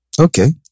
Okay